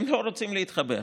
הם לא רוצים להתחבר.